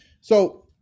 so-